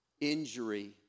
injury